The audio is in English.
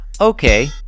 Okay